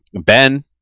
Ben